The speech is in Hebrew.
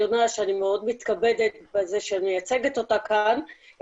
שאני מאוד מתכבדת בזה שאני מייצגת אותה כאן,